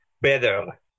better